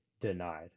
denied